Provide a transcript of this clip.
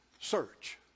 search